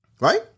right